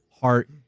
heart